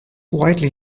widely